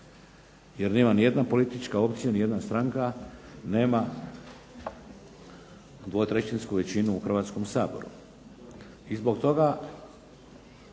jer nema ni jedna politička opcija, ni jedna stranka nema dvotrećinsku većinu u Hrvatskom saboru,